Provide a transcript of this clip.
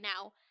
now